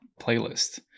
playlist